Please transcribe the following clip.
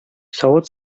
савыт